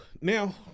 now